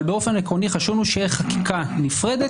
אבל באופן עקרוני חשוב לנו שיהיה חקיקה נפרדת,